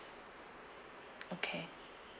okay